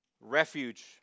refuge